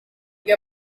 wir